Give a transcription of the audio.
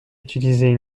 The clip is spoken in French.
utiliser